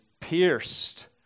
pierced